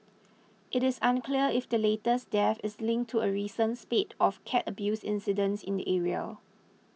it is unclear if the latest death is linked to a recent spate of cat abuse incidents in the area